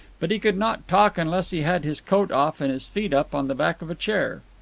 but he could not talk unless he had his coat off and his feet up on the back of a chair.